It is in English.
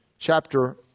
Chapter